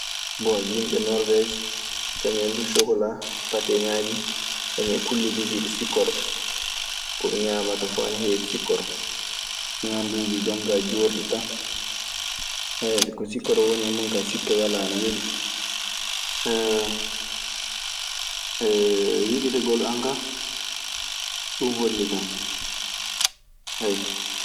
Bon, yimɓe norwees, kañun en duu sokkolaa, pateŋaaji, kañun e kulle jogiiɗe sikkoro. Ko ɓe ñaamata fuu ana heewi sikkoro. Ñaanduuji jon kaa joorɗi tan. Ko sikkoro woni e mun kaa sikke walaa ana weli. wiɗitagol an ka, ɗun holli kan, ayo.